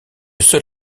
seul